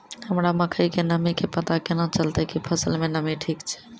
हमरा मकई के नमी के पता केना चलतै कि फसल मे नमी ठीक छै?